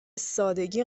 سادگی